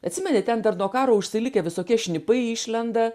atsimeni ten dar nuo karo užsilikę visokie šnipai išlenda